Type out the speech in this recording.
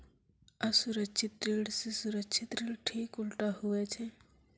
असुरक्षित ऋण से सुरक्षित ऋण ठीक उल्टा हुवै छै